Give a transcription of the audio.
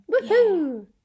Woohoo